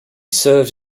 served